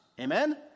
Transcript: amen